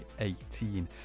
2018